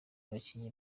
abakinnyi